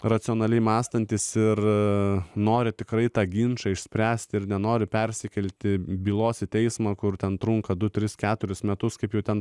racionaliai mąstantys ir nori tikrai tą ginčą išspręsti ir nenori persikelti bylos į teismą kur ten trunka du tris keturis metus kaip jau ten